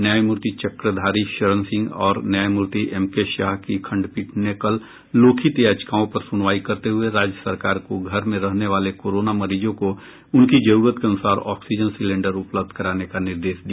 न्यायमूर्ति चक्रधारी शरण सिंह और न्यायमूर्ति एम के शाह की खंडपीठ ने कल लोकहित याचिकाओं पर सुनवाई करते हये राज्य सरकार को घर में रहने वाले कोरोना मरीजों को उनकी जरूरत के अनुसार ऑक्सीजन सिलेंडर उपलब्ध कराने का निर्देश दिया